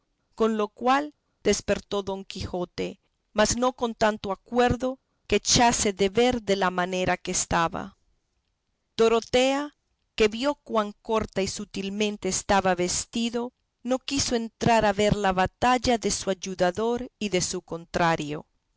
con lo cual despertó don quijote mas no con tanto acuerdo que echase de ver de la manera que estaba dorotea que vio cuán corta y sotilmente estaba vestido no quiso entrar a ver la batalla de su ayudador y de su contrario